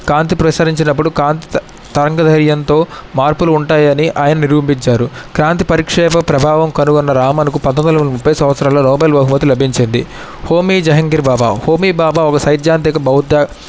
కాంతి ప్రసరించేటప్పుడు కాంతి తరంగ ధైర్యంతో మార్పులు ఉంటాయని ఆయన నిరూపించారు కాంతి పరిక్షేప ప్రభావం కనుగొన్న రామన్కు పంతొమ్మిది వందల ముప్పై సంవత్సరంలో నోబెల్ బహుమతి లభించింది హోమి జహంగీర్ బాబా హోమి బాబా ఒక సైద్ధాంతిక బహుద్ద